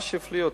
מה שהפליא אותי,